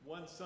One